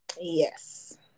Yes